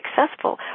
successful